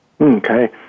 Okay